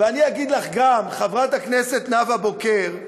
ואני אגיד לך גם, חברת הכנסת נאוה בוקר,